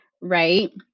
right